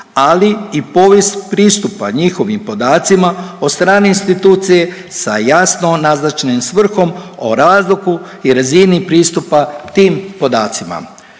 ali i povijest pristupa njihovim podacima od strane institucije sa jasno naznačenom svrhom o razlogu i razini pristupa tim podacima.